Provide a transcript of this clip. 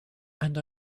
and